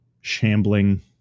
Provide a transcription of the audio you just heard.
shambling